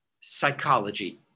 psychology